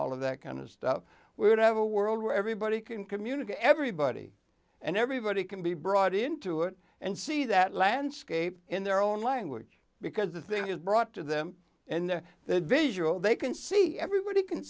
all of that kind of stuff we would have a world where everybody can communicate everybody and everybody can be brought into it and see that landscape in their own language because the thing is brought to them and the visual they can see everybody can